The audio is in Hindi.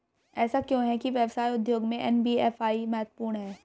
ऐसा क्यों है कि व्यवसाय उद्योग में एन.बी.एफ.आई महत्वपूर्ण है?